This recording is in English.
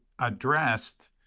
addressed